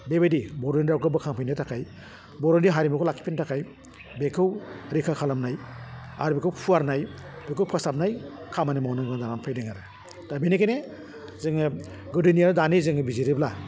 बेबायदि बर'नि रावखौ बोखां फिन्नो थाखाय बर'नि हारिमुखौ लाखि फिन्नो थाखाय बेखौ रैखा खालामनाय आर बेखौ फुवारनाय बेखौ फोसाबनाय खामानि मावनो गोनां जानानै फैदों आरो दा बेनिखायनो जोङो गोदोनिया दानि जोङो बिजिरोब्ला